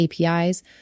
APIs